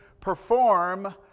perform